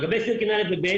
לגבי סירקין א' ו-ב',